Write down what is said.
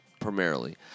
Primarily